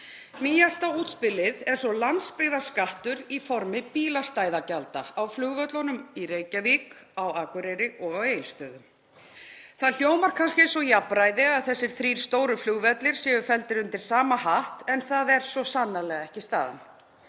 Nýjasta útspilið er svo landsbyggðarskattur í formi bílastæðagjalda á flugvöllunum í Reykjavík, á Akureyri og á Egilsstöðum. Það hljómar kannski eins og jafnræði að þessir þrír stóru flugvellir séu felldir undir sama hatt en það er svo sannarlega ekki staðan.